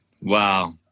Wow